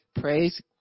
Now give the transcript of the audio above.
Praise